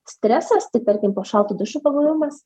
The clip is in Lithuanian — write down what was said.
stresas tai tarkim po šaltu dušu pabuvimas